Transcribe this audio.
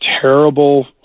terrible